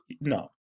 No